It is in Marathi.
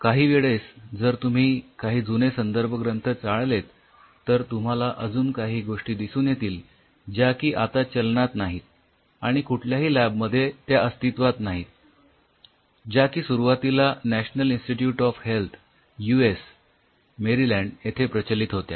काहीवेळेस जर तुम्ही काही जुने संदर्भग्रंथ चाळलेत तर तुम्हाला अजून काही गोष्टी दिसून येतील ज्या की आता चलनात नाहीत आणि कुठल्याही लॅब मध्ये त्या अस्तित्वात नसतील ज्या की सुरुवातीला national institute of health U S Maryland येथे प्रचलित होत्या